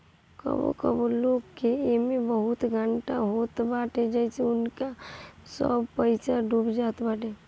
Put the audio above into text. कबो कबो लोग के एमे बहुते घाटा होत बाटे जेसे उनकर सब पईसा डूब जात बाटे